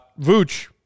Vooch